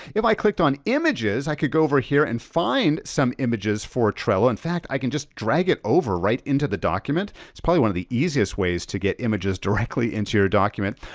if i clicked on images, i could go over here and find some images for trello, in fact, i can just drag it over right into the document. it's probably one of the easiest ways to get images directly into your document.